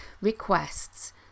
requests